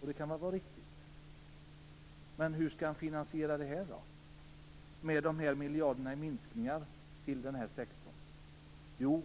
Det kan i och för sig vara riktigt, men hur skall han finansiera detta med tanke på de här miljarderna i minskningar till denna sektor? Jo,